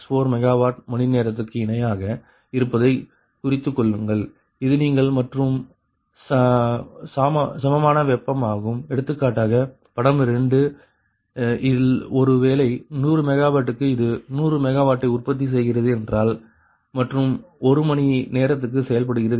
164 megawatt மணிநேரத்துக்கு இணையாக இருப்பதை குறித்துக்கொள்ளுங்கள் இது நீங்கள் மாற்றும் சமான வெப்பம் ஆகும் எடுத்துக்காட்டாக படம் 2 இல் ஒருவேளை 100 மெகாவாட்டுக்கு இது 100 மெகாவாட்டை உற்பத்தி செய்கிறது என்றால் மற்றும் 1 மணி நேரத்துக்கு செயல்படுகிறது என்றால்